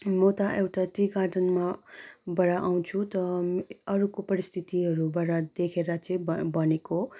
म त एउटा टी गार्डनमा बाट आउँछु तर अरूको परिस्थितिहरूबाट देखेर चाहिँ भनेको